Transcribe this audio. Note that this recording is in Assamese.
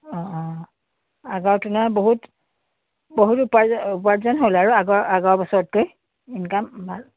অঁ অঁ আগত তুলনাত বহুত বহুত উপাৰ্জ উপাৰ্জন হ'ল আৰু আগৰ বছৰতকৈ ইনকাম ভাল